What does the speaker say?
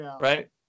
Right